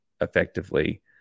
effectively